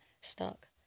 stuck